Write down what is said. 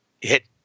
hit